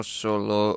solo